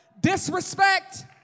disrespect